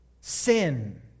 sin